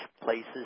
places